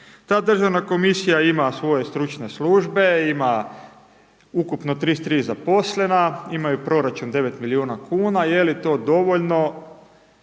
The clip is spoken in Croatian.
Ta državna komisija ima svoje stručne službe, ima ukupno 33 zaposlena, imaju proračun 9 milijuna kuna. Je li to dovoljno,